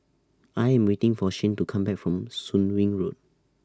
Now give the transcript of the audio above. I Am waiting For Shane to Come Back from Soon Wing Road